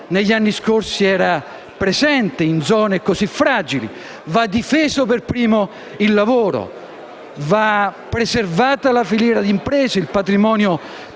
negli anni scorsi era presente in zone così fragili. Va difeso per primo il lavoro, vanno preservati la filiera di impresa e il patrimonio produttivo,